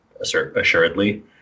assuredly